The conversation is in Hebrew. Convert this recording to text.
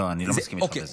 לא, אני לא מסכים איתך בזה.